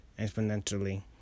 exponentially